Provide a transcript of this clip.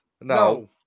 no